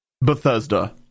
Bethesda